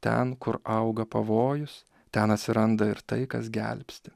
ten kur auga pavojus ten atsiranda ir tai kas gelbsti